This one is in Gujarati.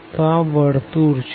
તો આ સર્કલ છે